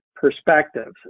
perspectives